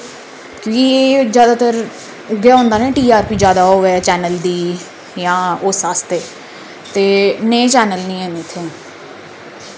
क्योंकि एह् जैदातर इ'यै होंदा ना टीआरपी जैदा होवै चैनल दी जां उस आस्तै ते नेह् चैनल निं हैन इत्थै